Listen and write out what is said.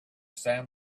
sand